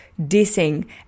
dissing